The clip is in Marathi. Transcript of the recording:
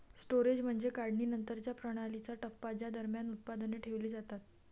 स्टोरेज म्हणजे काढणीनंतरच्या प्रणालीचा टप्पा ज्या दरम्यान उत्पादने ठेवली जातात